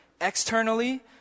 externally